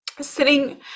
Sitting